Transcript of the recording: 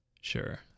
Sure